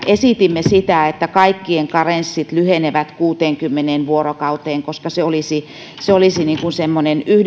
esitimme sitä että kaikkien karenssit lyhenevät kuuteenkymmeneen vuorokauteen koska se olisi se olisi semmoinen